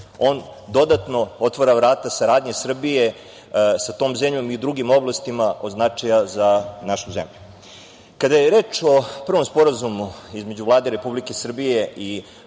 on dodatno otvara vrata saradnje Srbije sa tom zemljom i u drugim oblastima od značaja za našu zemlju. Kada je reč o prvom sporazumu između Vlade Republike Srbije i